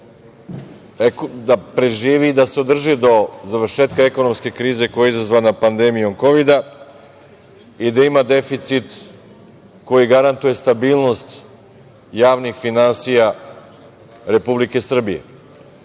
da preživi i da se održi do završetka ekonomske krize koja je izazvana pandemijom kovida i da ima deficit koji garantuje stabilnost javnih finansija Republike Srbije. Takođe,